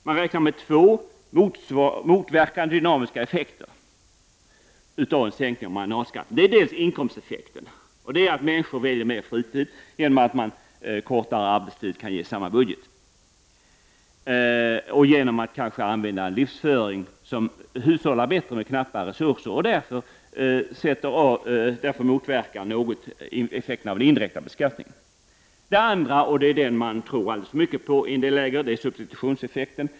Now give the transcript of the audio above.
Man räknar med två motverkande dynamiska effekter av en sänkning av marginalskatten. Det är för det första inkomsteffekten. Människor kan välja mer fritid genom att en kortare arbetstid kan ge samma budget, och de kan ha en livsföring där de hushållar med knappa resurser. Därmed motverkas effekten av den indirekta beskattningen något. Det är för det andra substitutionseffekten — som man i en del läger tror alltför mycket på.